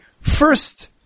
first